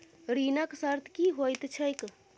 ऋणक शर्त की होइत छैक?